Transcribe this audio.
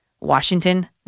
Washington